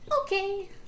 Okay